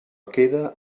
queda